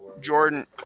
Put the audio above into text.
Jordan